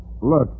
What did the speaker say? Look